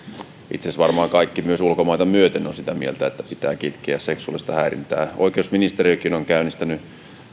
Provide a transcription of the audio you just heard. itse asiassa varmaan kaikki myös ulkomaita myöten ovat sitä mieltä että pitää kitkeä seksuaalista häirintää oikeusministeriökin on käynnistänyt